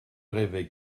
rêvait